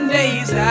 days